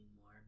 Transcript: more